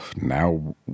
now